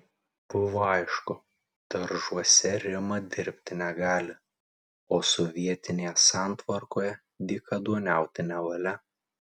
buvo aišku daržuose rima dirbti negali o sovietinėje santvarkoje dykaduoniauti nevalia